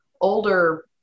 older